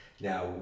Now